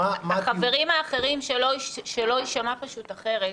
אי-אפשר פינג-פונג, אי-אפשר.